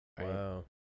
Wow